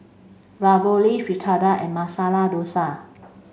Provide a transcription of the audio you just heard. Ravioli Fritada and Masala Dosa